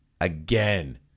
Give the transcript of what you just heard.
again